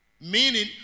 Meaning